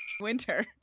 winter